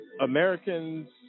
Americans